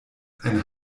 ein